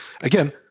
again